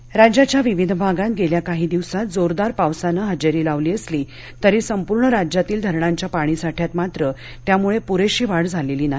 पाऊस पाणीसाठा राज्याच्या विविध भागात गेल्या काही दिवसात जोरदार पावसाने हजेरी लावली असली तरी संपूर्ण राज्यातील धरणांच्या पाणीसाठ्यात मात्र त्यामुळं पुरेशी वाढ झालेली नाही